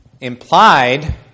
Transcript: Implied